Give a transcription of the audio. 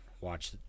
watch